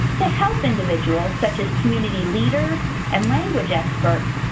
to help individuals such as community leaders and language experts,